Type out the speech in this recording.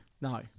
no